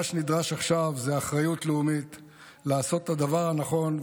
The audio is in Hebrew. מה שנדרש עכשיו זה אחריות לאומית לעשות את הדבר הנכון,